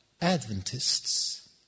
Adventists